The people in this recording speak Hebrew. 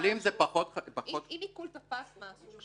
אם עיקול תפס משהו,